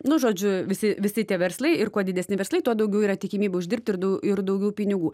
nu žodžiu visi visi tie verslai ir kuo didesni verslai tuo daugiau yra tikimybė uždirbti ir du ir daugiau pinigų